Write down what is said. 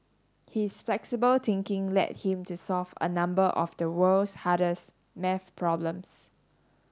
his flexible thinking led him to solve a number of the world's hardest maths problems